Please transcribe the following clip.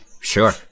sure